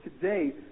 Today